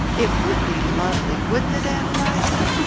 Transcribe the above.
it would be lovely, wouldn't it, ann eliza?